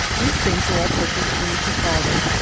these things were all purchased in chicago,